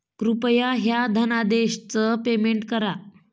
कृपया ह्या धनादेशच पेमेंट करा